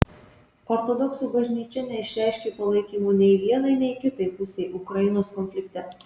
ortodoksų bažnyčia neišreiškė palaikymo nei vienai nei kitai pusei ukrainos konflikte